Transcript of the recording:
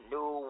New